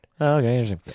Okay